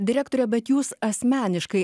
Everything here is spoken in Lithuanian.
direktore bet jūs asmeniškai